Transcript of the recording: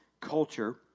culture